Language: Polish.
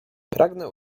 pragnę